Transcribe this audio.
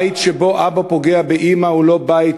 בית שבו אבא פוגע באימא הוא לא בית,